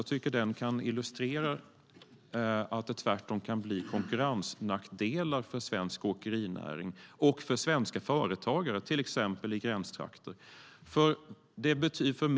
Jag tycker att den kan illustrera att det tvärtom kan bli konkurrensnackdelar för svensk åkerinäring och för svenska företagare, till exempel i gränstrakter.